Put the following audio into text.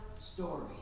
story